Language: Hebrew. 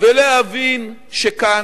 ולהבין שכאן,